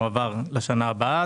כל העודף עובר לשנה הבאה.